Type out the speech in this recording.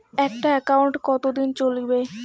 একটা একাউন্ট কতদিন চলিবে?